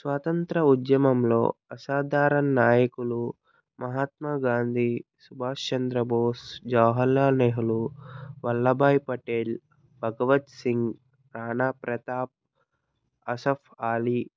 స్వాతంత్ర ఉద్యమంలో అసాధారణ నాయకులు మహాత్మా గాంధీ సుభాష్ చంద్రబోస్ జవహర్ లాల్ నెహ్రూ వల్లభాయ్ పటేల్ భగత్ సింగ్ నానా ప్రతాప్ హసఫ్ ఆలీ